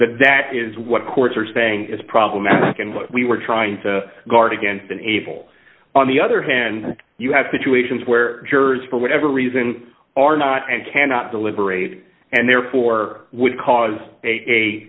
that that is what courts are saying is problematic and what we were trying to guard against an able on the other hand you have to two asians where jurors for whatever reason are not and cannot deliberate and therefore would cause a